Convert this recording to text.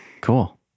cool